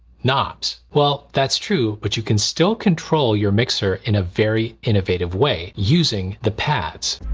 knobs. well that's true but you can still control your mixer in a very innovative way using the pads.